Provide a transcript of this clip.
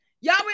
Y'all